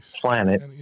planet